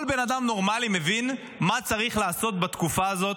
כל בן אדם נורמלי מבין מה צריך לעשות בתקופה הזאת,